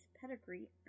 pedigree